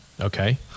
Okay